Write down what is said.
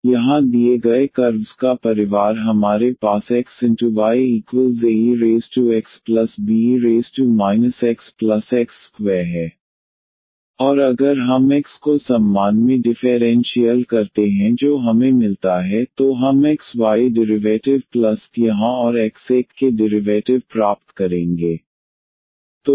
तो यहाँ दिए गए कर्व्स का परिवार हमारे पास xyaexbe xx2 है और अगर हम x को सम्मान में डिफेरेंशीयल करते हैं जो हमें मिलता है तो हम x y derivative plus y यहाँ और x 1 के डिरिवैटिव प्राप्त करेंगे